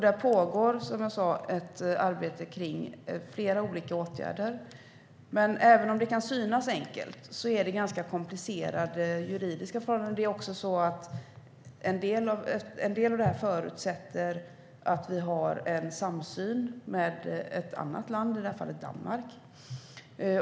Det pågår ett arbete med flera olika åtgärder. Även om det kan synas enkelt är det fråga om komplicerade juridiska förhållanden. En del av detta förutsätter en samsyn med ett annat land, i det här fallet Danmark.